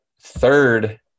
third